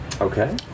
Okay